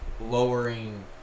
lowering